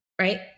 Right